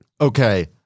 Okay